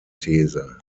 these